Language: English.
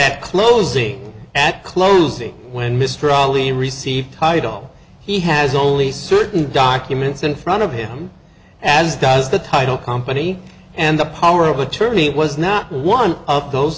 at closing at closing when mr ali received title he has only certain documents in front of him as does the title company and the power of attorney was not one of those